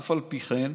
אף על פי כן,